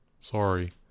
sorry